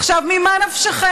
עכשיו, ממה נפשכם?